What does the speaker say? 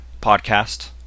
podcast